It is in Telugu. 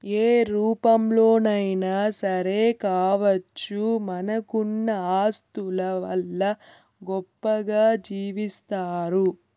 ఏ రూపంలోనైనా సరే కావచ్చు మనకున్న ఆస్తుల వల్ల గొప్పగా జీవిస్తారు